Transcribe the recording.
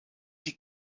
die